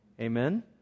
Amen